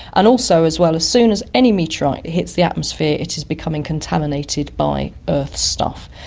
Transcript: and also as well, as soon as any meteorite hits the atmosphere it is becoming contaminated by earth stuff.